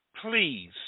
please